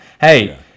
Hey